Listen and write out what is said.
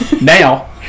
Now